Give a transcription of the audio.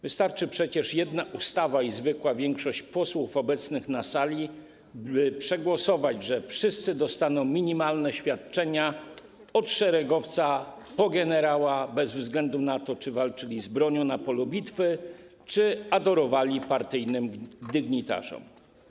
Wystarczy przecież jedna ustawa i zwykła większość posłów obecnych na sali, by przegłosować to, że wszyscy dostaną minimalne świadczenia - od szeregowca po generała, bez względu na to, czy walczyli z bronią na polu bitwy, czy adorowali partyjnych dygnitarzy.